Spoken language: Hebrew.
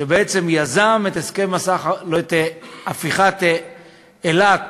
שיזם את הפיכת אילת